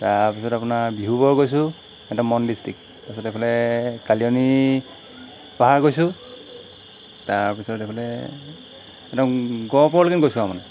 তাৰপিছত আপোনাৰ ডিব্ৰুগড় গৈছোঁ সেইটো মোৰ ডিষ্ট্ৰিক্ট তাৰপিছত এইফালে কালিয়নী পাহাৰ গৈছোঁ তাৰপিছত এইফালে একদম গহপুৰলৈকে গৈছোঁ আৰু মানে